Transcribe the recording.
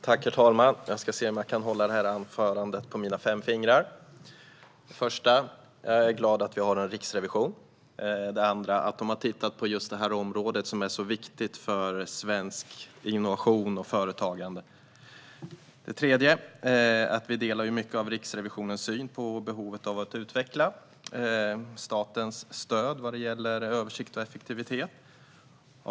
Herr talman! Jag ska se om jag kan hålla mitt anförande på mina fem fingrar. För det första är jag glad över att vi har en Riksrevision. För det andra är jag glad över att den har tittat på detta område, som är så viktigt för svensk innovation och svenskt företagande. För det tredje vill jag säga att vi i mycket delar Riksrevisionens syn på behovet av att utveckla statens stöd beträffande översikt och effektivitet.